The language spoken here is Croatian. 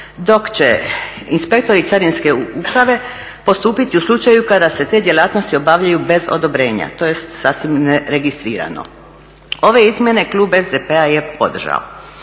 dok će inspektori Carinske uprave postupiti u slučaju kad se te djelatnosti obavljaju bez odobrenja tj. sasvim neregistrirano. Ove izmjene klub SDP-a je podržao.